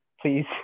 please